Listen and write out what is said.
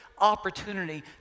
opportunity